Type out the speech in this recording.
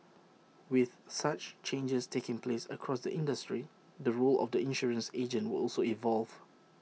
with such changes taking place across the industry the role of the insurance agent will also evolve